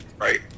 Right